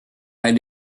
had